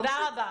תודה רבה.